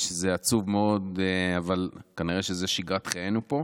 זה עצוב מאוד, אבל זו שגרת חיינו פה,